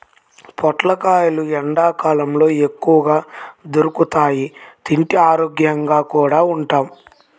పొట్లకాయలు ఎండ్లకాలంలో ఎక్కువగా దొరుకుతియ్, తింటే ఆరోగ్యంగా కూడా ఉంటాం